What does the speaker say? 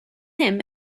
him